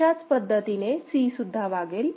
अशाच पद्धतीने C सुद्धा वागेल